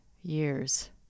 years